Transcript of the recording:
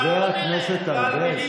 חבר הכנסת ארבל,